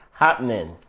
happening